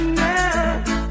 now